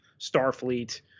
starfleet